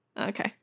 Okay